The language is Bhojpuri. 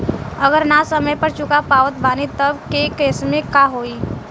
अगर ना समय पर चुका पावत बानी तब के केसमे का होई?